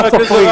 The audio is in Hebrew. מה סופרים?